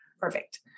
Perfect